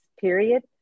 period